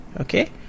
Okay